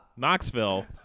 Knoxville